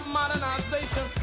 modernization